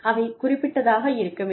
அவை குறிப்பிட்டதாக இருக்க வேண்டும்